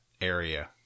area